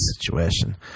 situation